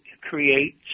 create